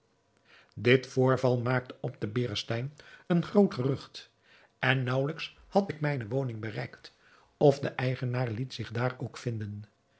dit voorval maakte op den berestein een groot gerucht en naauwelijks had ik mijne woning bereikt of de eigenaar liet zich daar ook vinden